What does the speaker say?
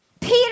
Peter